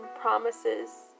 promises